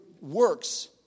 works